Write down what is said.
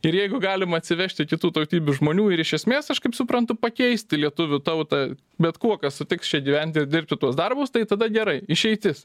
ir jeigu galima atsivežti kitų tautybių žmonių ir iš esmės aš kaip suprantu pakeisti lietuvių tautą bet kuo kas sutiks čia gyventi ir dirbti tuos darbus tai tada gerai išeitis